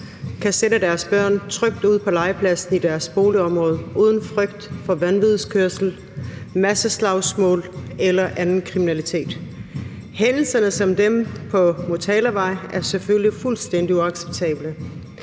kan sende deres børn trygt ud på legepladsen i deres boligområde uden frygt for vanvidskørsel, masseslagsmål eller anden kriminalitet. Hændelserne som dem på Motolavej er selvfølgelig fuldstændig uacceptable,